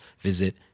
visit